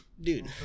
dude